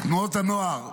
תנועות הנוער,